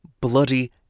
bloody